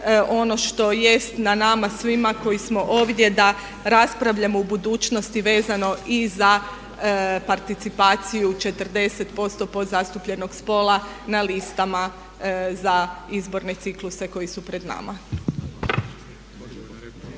ono što jest na nama svima koji smo ovdje da raspravljamo o budućnosti vezano i za participaciju 40% podzastupljenog spola na listama za izborne cikluse koji su pred nama.